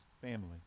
family